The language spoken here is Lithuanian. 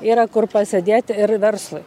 yra kur pasėdėti ir verslui